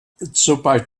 sobald